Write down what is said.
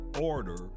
order